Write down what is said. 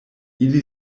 ili